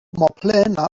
malplena